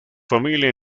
familia